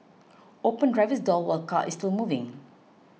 open driver's door while car is still moving